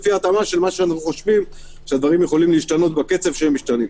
לפי ההתאמה של מה שאנחנו חושבים שהדברים יכולים להשתנות בקצב שמשתנים.